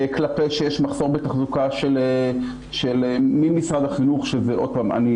שיש מחסור בתחזוקה ממשרד החינוך עוד פעם,